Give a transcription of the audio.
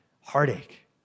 heartache